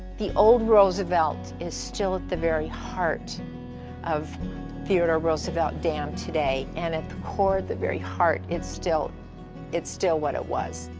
the old roosevelt is still at the very heart of theodore roosevelt dam today and at the core, the very heart it's still it's still what it was.